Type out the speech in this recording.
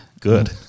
good